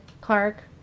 Clark